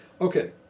okay